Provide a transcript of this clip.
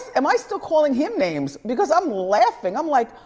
am i still calling him names? because i'm laughing, i'm like,